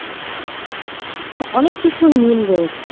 স অনেক কিছুর মিল রয়েছে